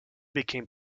became